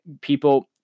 people